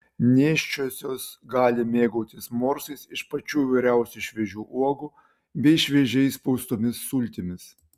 nėščiosios gali mėgautis morsais iš pačių įvairiausių šviežių uogų bei šviežiai spaustomis sultimis